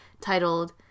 titled